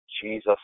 Jesus